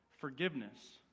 forgiveness